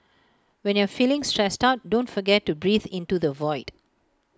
when you are feeling stressed out don't forget to breathe into the void